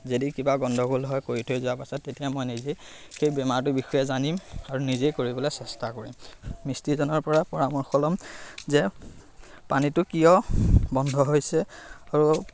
যদি কিবা গণ্ডগোল হয় কৰি থৈ যোৱাৰ পাছত তেতিয়া মই নিজেই সেই বেমাৰটোৰ বিষয়ে জানিম আৰু নিজেই কৰিবলৈ চেষ্টা কৰিম মিস্ত্ৰীজনৰপৰা পৰামৰ্শ ল'ম যে পানীটো কিয় বন্ধ হৈছে আৰু